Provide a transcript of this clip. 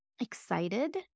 excited